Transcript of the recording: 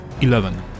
Eleven